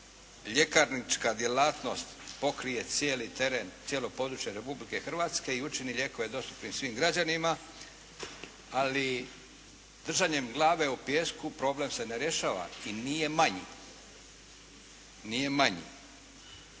ljekarnička djelatnost pokrije cijeli teren, cijelo područje Republike Hrvatske i učini lijekove dostupnim svim građanima ali držanjem glave u pijesku problem se ne rješava i nije manji. Mi znamo